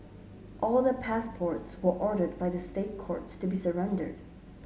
all their passports were ordered by the State Courts to be surrendered